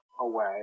away